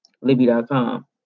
Libby.com